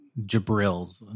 jabril's